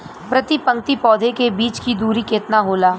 प्रति पंक्ति पौधे के बीच की दूरी केतना होला?